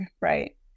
Right